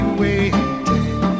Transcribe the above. waiting